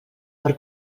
per